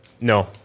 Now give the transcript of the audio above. No